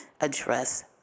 address